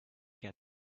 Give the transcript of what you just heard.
get